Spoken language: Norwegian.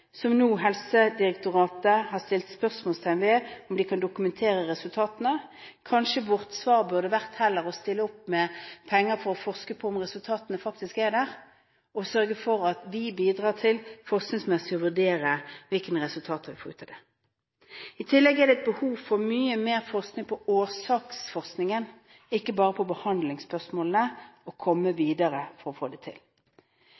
som nå Helsedirektoratet har satt spørsmålstegn ved om kan dokumentere resultatene. Kanskje vårt svar heller burde vært å stille opp med penger for å forske på om resultatene faktisk er der, og sørge for at vi bidrar til forskningsmessig vurdering av hvilke resultater man får ut av det. I tillegg er det behov for mye mer forskning på årsak, ikke bare på behandlingsspørsmålene og å komme videre for å få det til.